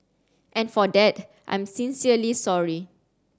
and for that I'm sincerely sorry